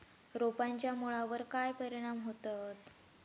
रोपांच्या मुळावर काय परिणाम होतत?